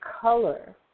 color